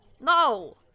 No